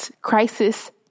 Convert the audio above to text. Crisis